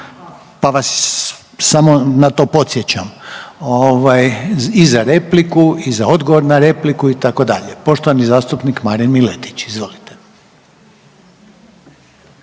pa vas samo na to podsjećam i za repliku i za odgovor na repliku itd. Poštovani zastupnik Marin Miletić, izvolite.